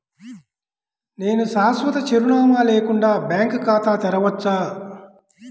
నేను శాశ్వత చిరునామా లేకుండా బ్యాంక్ ఖాతా తెరవచ్చా?